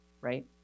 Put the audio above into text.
Right